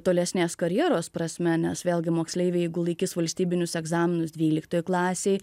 tolesnės karjeros prasme nes vėlgi moksleiviai jeigu laikys valstybinius egzaminus dvyliktoj klasėj